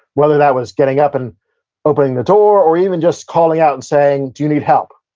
whether that was getting up and opening the door, or even just calling out and saying, do you need help?